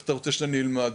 אז איך אתה רוצה שאני אלמד?